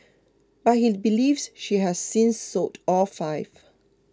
but he believes she has since sold all five